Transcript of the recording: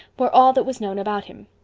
were all that was known about him.